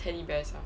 teddy bears ah